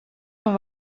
van